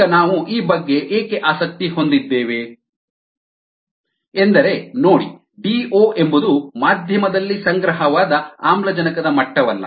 ಈಗ ನಾವು ಈ ಬಗ್ಗೆ ಏಕೆ ಆಸಕ್ತಿ ಹೊಂದಿದ್ದೇವೆ ಎಂದರೆ ನೋಡಿ ಡಿಒ ಎಂಬುದು ಮಾಧ್ಯಮದಲ್ಲಿ ಸಂಗ್ರಹವಾದ ಆಮ್ಲಜನಕದ ಮಟ್ಟವಲ್ಲ